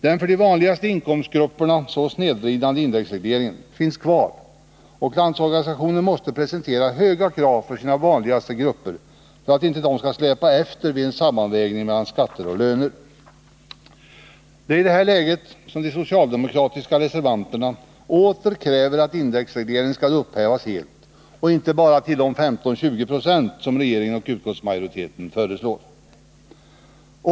Den för de vanligaste inkomstgrupperna så snedvridande indexregleringen finns kvar, och LO måste presentera höga krav för sina vanligaste grupper för att de inte skall släpa efter vid en sammanvägning av skatter och löner. Det är i detta läge som de socialdemokratiska reservanterna åter kräver att indexregleringen skall upphävas helt, och inte bara till 15 eller 20 26, som regeringen och utskottsmajoriteten föreslår.